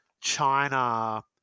China